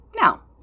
Now